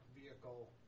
vehicle